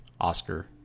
Oscar